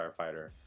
firefighter